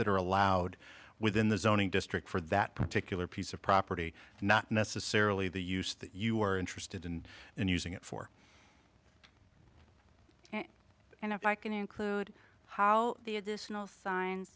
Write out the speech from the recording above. that are allowed within the zoning district for that particular piece of property not necessarily the use that you are interested in and using it for and if i can include how the additional signs